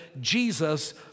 Jesus